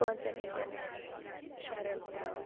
پانٛژَن اِنٹرنیشنَل شَہرَن ہُند ناو